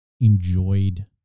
enjoyed